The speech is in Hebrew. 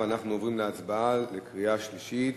אנחנו עוברים להצבעה בקריאה שלישית.